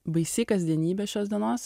baisi kasdienybė šios dienos